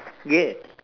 ya